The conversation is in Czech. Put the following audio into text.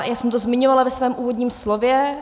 Já jsem to zmiňovala ve svém úvodním slově.